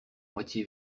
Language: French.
moitié